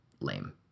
lame